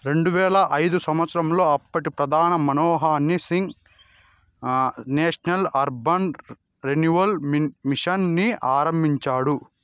రెండువేల ఐదవ సంవచ్చరంలో అప్పటి ప్రధాని Manmohan Singh National Urban Renewal Mission ని ఆరంభించినాడు